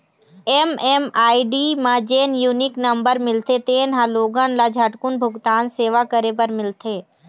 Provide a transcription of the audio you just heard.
MMID म जेन unique number मिलथे तेन ह लोगन ल झटकून भूगतान सेवा करे बर मिलथे